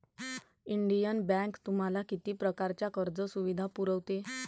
Indian bank तुम्हाला किती प्रकारच्या कर्ज सुविधा पुरवते?